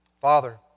Father